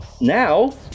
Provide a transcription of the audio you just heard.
now